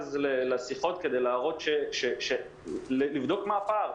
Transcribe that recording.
הרפז לשיחות כדי לבדוק מה הפער.